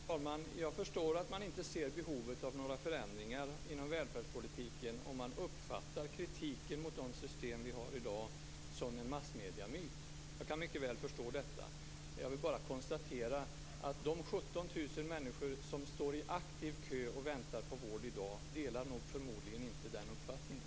Fru talman! Jag förstår att man inte ser behovet av några förändringar inom välfärdspolitiken om man uppfattar kritiken mot de system vi har i dag som en massmediemyt. Jag kan mycket väl förstå detta. Jag kan bara konstatera att de 17 000 människor som i dag står i aktiv kö och väntar på vård förmodligen inte delar den uppfattningen.